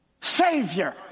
savior